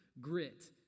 grit